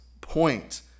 point